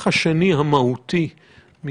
אני קורא